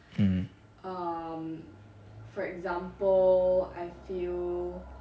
mm